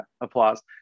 applause